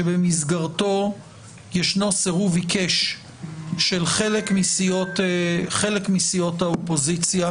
ובמסגרתו ישנו סירוב עיקש של חלק מסיעות האופוזיציה,